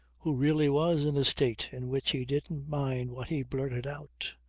who really was in a state in which he didn't mind what he blurted out.